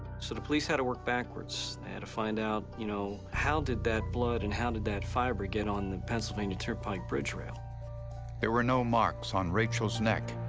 sort of police had to work backwards. they had to find out, you know how did that blood and how did that fiber get on the pennsylvania turnpike bridge rail? narrator there were no marks on rachel's neck,